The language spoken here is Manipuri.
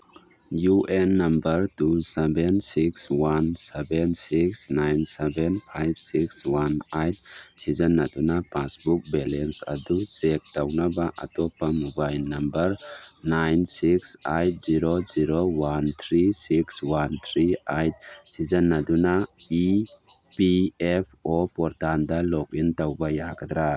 U N number two seven six one seven six nine seven five six one eight ꯁꯤꯖꯤꯟꯅꯗꯨꯅ ꯄꯥꯁꯕꯨꯛ ꯕꯦꯂꯦꯟꯁ ꯆꯦꯛ ꯇꯧꯅꯕ ꯑꯇꯣꯞꯄ mobile number nine six eight zero zero one three six one three eight ꯁꯤꯖꯤꯟꯅꯗꯨꯅ ꯏ ꯄꯤ ꯑꯦꯐ ꯑꯣ ꯄꯣꯔꯇꯥꯟꯗ ꯂꯣꯛꯏꯟ ꯇꯧꯕ ꯌꯥꯒꯗ꯭ꯔꯥ